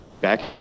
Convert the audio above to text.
Back